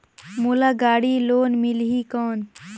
मोला गाड़ी लोन मिलही कौन?